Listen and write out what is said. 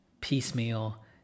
piecemeal